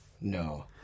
No